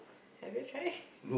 have you tried